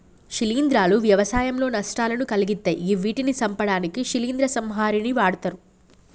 శిలీంద్రాలు వ్యవసాయంలో నష్టాలను కలిగిత్తయ్ గివ్విటిని సంపడానికి శిలీంద్ర సంహారిణిని వాడ్తరు